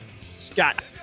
Scott